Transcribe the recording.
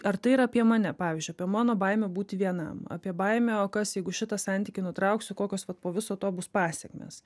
ar tai yra apie mane pavyzdžiui apie mano baimę būti vienam apie baimę o kas jeigu šitą santykį nutrauksiu kokios vat po viso to bus pasekmės